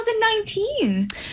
2019